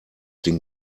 den